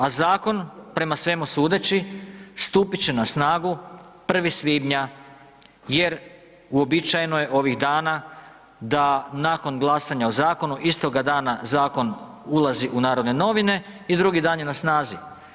A zakon, prema svemu sudeći, stupit će na snagu 1. svibnja jer uobičajeno je ovih dana da nakon glasanja o zakonu, istoga dana zakon ulazi u Narodne novine i drugi dan je na snazi.